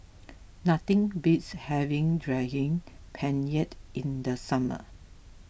nothing beats having Daging Penyet in the summer